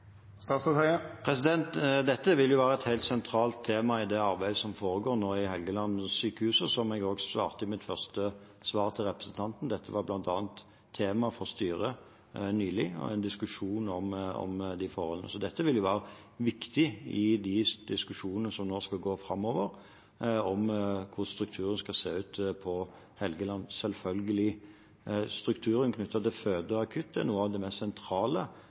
Dette vil være et helt sentralt tema i det arbeidet som nå foregår i Helgelandssykehuset. Som jeg også sa i mitt første svar til representanten: Det var bl.a. tema for styret nylig å ha en diskusjon om disse forholdene. Så dette vil være viktig i diskusjonene framover om hvordan strukturen skal se ut på Helgeland. Strukturen knyttet til føde- og akuttilbud er selvfølgelig noe av det mest sentrale